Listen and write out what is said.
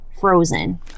frozen